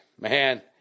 man